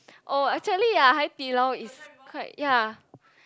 oh actually ya Hai-Di-Lao is quite ya